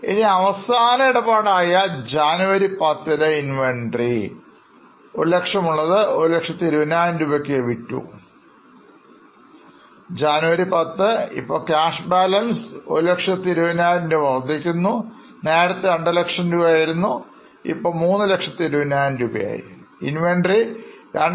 ഇനി അവസാന ഇടപാട് ആയ ജനുവരി 10 ലെ Inventory 100000 ഉള്ളത് 120000 രൂപയ്ക്ക് വിറ്റു ജനുവരി 10 ഇപ്പോൾ ക്യാഷ് ബാലൻസ് 120000 വർദ്ധിക്കുന്നു നേരത്തെ ഇത് 200000 ആയിരുന്നു ഇപ്പോൾ 320000 ആയിത്തീർന്നു